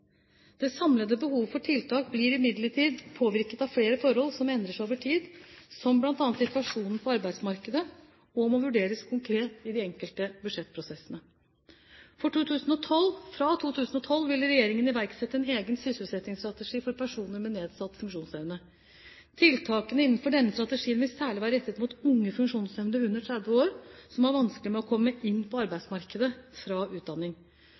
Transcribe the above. Det samlede behovet for tiltak blir imidlertid påvirket av flere forhold som endrer seg over tid, som bl.a. situasjonen på arbeidsmarkedet, og må vurderes konkret i de enkelte budsjettprosessene. Fra 2012 vil Regjeringen iverksette en egen sysselsettingsstrategi for personer med nedsatt funksjonsevne. Tiltakene innenfor denne strategien vil særlig være rettet mot unge funksjonshemmede under 30 år som har vanskelig med å komme inn på arbeidsmarkedet fra utdanning.